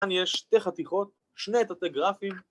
‫כאן יש שתי חתיכות, ‫שני תתי-גרפים.